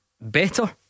better